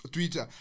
Twitter